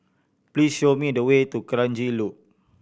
please show me the way to Kranji Loop